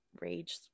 rage